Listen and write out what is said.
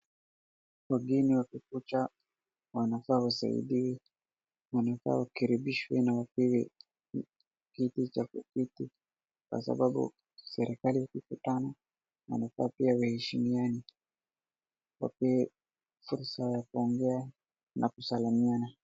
Wageni wakikuja wanafaa wasaidiwe, wanafaa wakaribishwe na wapewe kiti cha kuketi, kwa sababu serikali ikikutana wanafaa pia waheshimiane, wapewe ya fursa ya kuongea na kusalimiana.